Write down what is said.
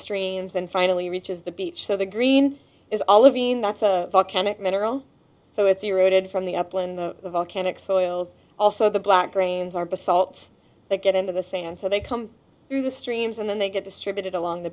streams and finally reaches the beach so the green is all living that's a volcanic mineral so it's eroded from the upland volcanic soils also the black grains are basalt that get into the sand so they come through the streams and then they get distributed along the